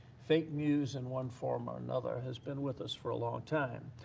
fake news in one form or another has been with us for a long time.